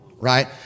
right